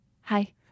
Hi